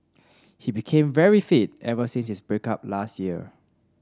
he became very fit ever since his break up last year